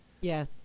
Yes